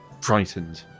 frightened